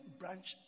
branch